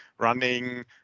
running